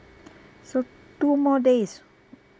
so two more days